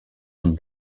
some